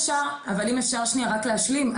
אבל אם אפשר שנייה רק להשלים,